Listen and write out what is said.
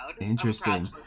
Interesting